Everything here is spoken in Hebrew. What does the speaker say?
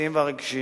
החברתיים והרגשיים.